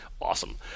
awesome